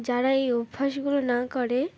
যারা এই অভ্যাসগুলো না করে